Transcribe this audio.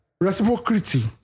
Reciprocity